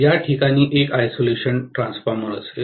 या ठिकाणी एक आयसोलेशन ट्रान्सफॉर्मर असेल